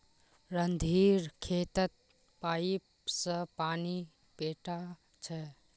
रणधीर खेतत पाईप स पानी पैटा छ